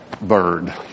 Bird